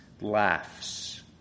laughs